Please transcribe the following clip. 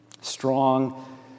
Strong